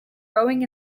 rowing